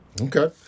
Okay